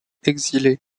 exilés